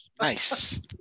Nice